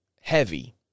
heavy